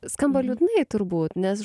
skamba liūdnai turbūt nes